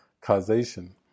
causation